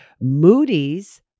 Moody's